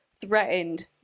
threatened